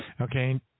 okay